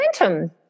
momentum